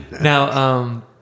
Now –